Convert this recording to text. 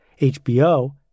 HBO